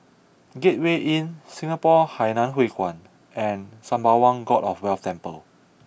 Gateway Inn Singapore Hainan Hwee Kuan and Sembawang God of Wealth Temple